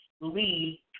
Lee